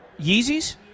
Yeezys